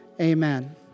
Amen